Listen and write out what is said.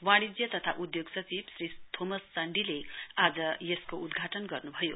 वाणिज्य तथा उधोग सचिव श्री थोमस चण्डीले यसको उद्घाटन गर्नुभयो